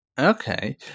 Okay